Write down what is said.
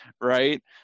right